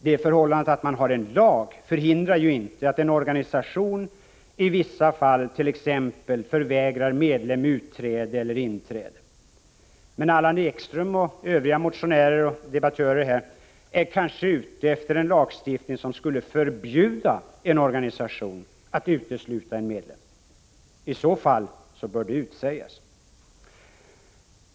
Det förhållandet att man har en lag förhindrar ju inte att en organisation i vissa fall t.ex. förvägrar medlem utträde eller inträde. Men Allan Ekström och övriga motionärer och debattörer är kanske ute efter en lagstiftning som skulle förbjuda en organisation att utesluta en medlem? I så fall bör det utsägas.